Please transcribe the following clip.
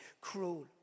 cruel